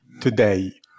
Today